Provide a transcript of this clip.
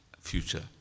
future